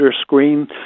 screen